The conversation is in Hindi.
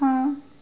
हाँ